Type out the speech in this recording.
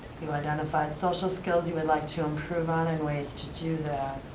you identified social skills you would like to improve on and ways to do that,